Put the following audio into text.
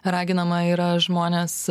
raginama yra žmonės